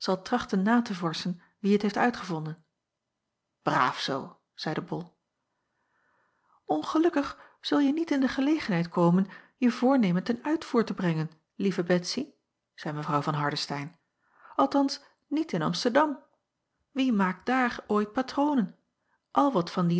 trachten na te vorschen wie het heeft uitgevonden braaf zoo zeide bol ongelukkig zulje niet in de gelegenheid komen je voornemen ten uitvoer te brengen lieve betsy zeî mw van hardestein althans niet in amsterdam wie maakt daar ooit patronen al wat van dien